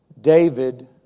David